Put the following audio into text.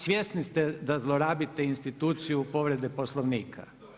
Svjesni ste da zlorabite instituciju povrede Poslovnika.